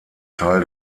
teil